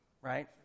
Right